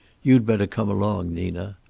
you'd better come along, nina.